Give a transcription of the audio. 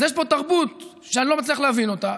אז יש פה תרבות שאני לא מצליח להבין אותה.